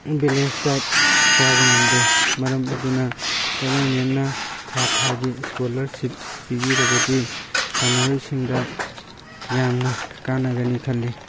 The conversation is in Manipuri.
ꯕꯦꯂꯦꯟꯁ ꯗꯥꯏꯠ ꯆꯥꯕ ꯉꯝꯗꯦ ꯃꯔꯝ ꯑꯗꯨꯅ ꯒꯚꯔꯟꯃꯦꯟꯅ ꯊꯥ ꯊꯥꯒꯤ ꯁ꯭ꯀꯣꯂꯔꯁꯤꯞ ꯄꯤꯕꯤꯔꯕꯗꯤ ꯁꯥꯟꯅꯔꯣꯏꯁꯤꯡꯗ ꯌꯥꯝꯅ ꯀꯥꯟꯅꯒꯅꯤ ꯈꯜꯂꯤ